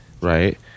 right